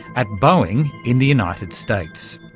at boeing in the united states.